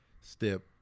step